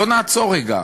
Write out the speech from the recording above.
בואו נעצור רגע.